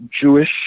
Jewish